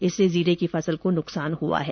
इससे जीरे की फसल को नुकसान हुआ है